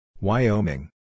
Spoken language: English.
Wyoming